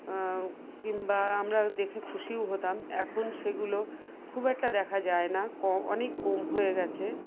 কিংবা আমরা দেখে খুশিও হতাম এখন সেগুলো খুব একটা দেখা যায় না ক অনেক কম হয়ে গেছে